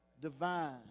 divine